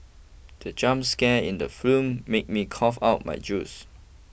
the jump scare in the film made me cough out my juice